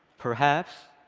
perhaps,